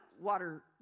water